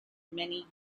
many